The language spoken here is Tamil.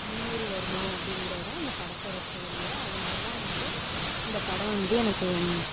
முன்னேறி வரணும் அப்படிங்கிறது தான் இந்த படத்தோட ஸ்டோரியே அதனால் தான் வந்து இந்த படம் வந்து எனக்கு